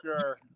Sure